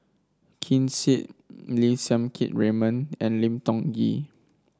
Ken Seet Lim Siang Keat Raymond and Lim Tiong Ghee